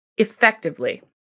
Effectively